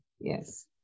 yes